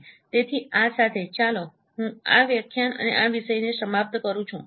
તેથી આ સાથે ચાલો હું આ વ્યાખ્યાન અને આ વિષય ને સમાપ્ત કરું છું